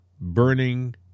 burning